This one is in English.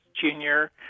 Junior